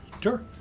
Sure